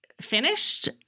finished